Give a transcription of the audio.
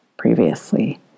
previously